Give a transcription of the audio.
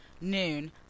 noon